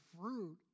fruit